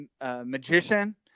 magician